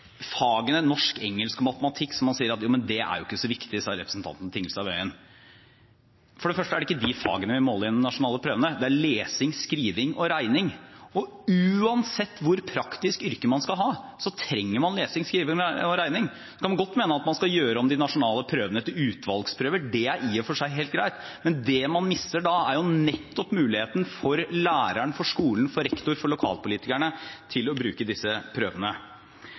Fagene norsk, engelsk og matematikk, det er ikke så viktig, sa representanten Tingelstad Wøien. For det første er det ikke disse fagene vi måler i de nasjonale prøvene, det er lesing, skriving og regning. Uansett hvor praktisk yrke man skal ha, trenger man lesing, skriving og regning. Så kan man godt mene at man skal gjøre om de nasjonale prøvene til utvalgsprøver, det er i og for seg helt greit, men det man mister da, er nettopp muligheten for læreren, for skolen, for rektor, for lokalpolitikerne til å bruke disse prøvene.